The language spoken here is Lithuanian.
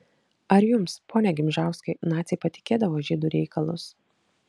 ar jums pone gimžauskai naciai patikėdavo žydų reikalus